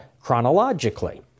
chronologically